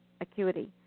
Acuity